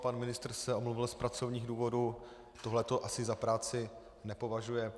Pan ministr se omluvil z pracovních důvodů, tohle to asi za práci nepovažuje.